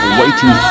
waiting